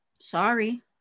sorry